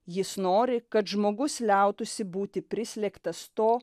jis nori kad žmogus liautųsi būti prislėgtas to